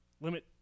Limit